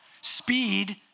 speed